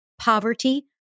poverty